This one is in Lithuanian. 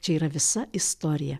čia yra visa istorija